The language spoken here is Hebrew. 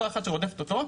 אותה אחת שרודפת אותו,